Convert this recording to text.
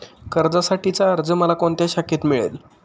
कर्जासाठीचा अर्ज मला कोणत्या शाखेत मिळेल?